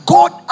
God